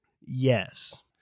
Yes